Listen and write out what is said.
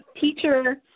teacher